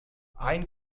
ein